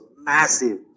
massive